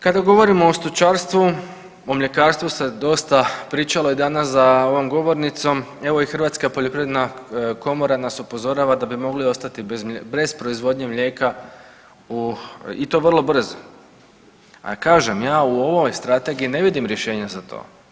Kada govorimo o stočarstvu, o mljekarstvu se dosta pričalo i danas za ovom govornicom, evo i Hrvatska poljoprivredna komora nas upozorava da bismo mogli ostati bez proizvodnje mlijeka i to vrlo brzo, a kažem ja u ovoj strategiji ne vidim rješenje za to.